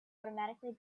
automatically